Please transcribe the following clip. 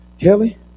Kelly